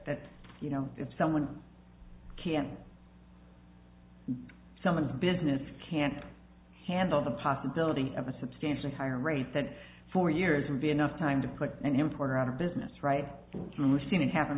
that you know if someone some of the business can't handle the possibility of a substantially higher rate that for years would be enough time to put an importer out of business right which seen it happen